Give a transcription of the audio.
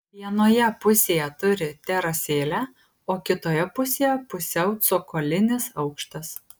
vienoje pusėje turi terasėlę o kitoje pusėje pusiau cokolinis aukštas